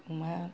अमाया